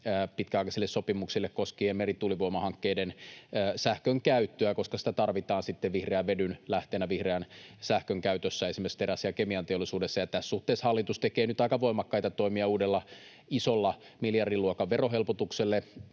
pitkäaikaisille sopimuksille koskien merituulivoimahankkeiden sähkönkäyttöä, koska sitä tarvitaan sitten vihreän vedyn lähteenä vihreän sähkön käytössä esimerkiksi teräs- ja kemianteollisuudessa. Tässä suhteessa hallitus tekee nyt aika voimakkaita toimia uudella isolla miljardiluokan verohelpotuksella